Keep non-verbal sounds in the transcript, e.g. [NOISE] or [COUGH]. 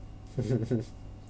[LAUGHS]